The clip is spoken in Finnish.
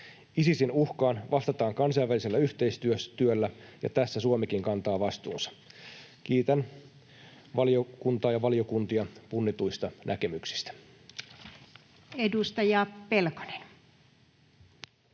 Isisin uhkaan vastataan kansainvälisellä yhteistyöllä, ja tässä Suomikin kantaa vastuunsa. Kiitän valiokuntaa ja valiokuntia punnituista näkemyksistä.